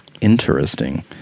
Interesting